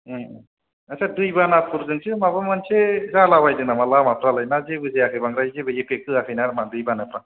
ओम आदसा दैबानाफोरजोंसो माबा मोनसे जाला बायदों नामा लामाफ्रालाय ना जेबो जायाखै बांद्राय जेबो एफेक्ट होवाखैनो नामा दैबानाफ्रा